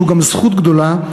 שהוא גם זכות גדולה,